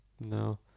No